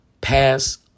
pass